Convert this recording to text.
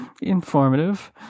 informative